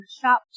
Shop